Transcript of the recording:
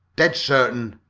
dead certain,